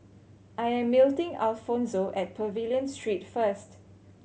I'm meeting Alfonzo at Pavilion Street first